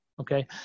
okay